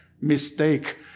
mistake